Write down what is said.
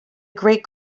great